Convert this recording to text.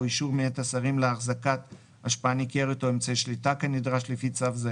או אישור מאת השרים להחזקת השפעה ניכרת או אמצעי שליטה כנדרש לפי צו זה,